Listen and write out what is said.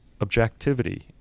objectivity